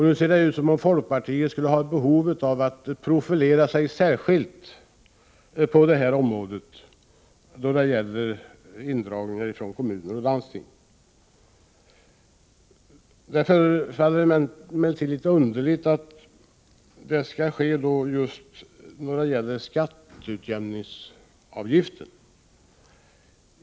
Nu ser det ut som om folkpartiet skulle ha ett behov av att profilera sig särskilt när det gäller indragningar från kommuner och landsting. Det förefaller litet underligt att detta skall ske just när det gäller skatteutjämningsavgiften.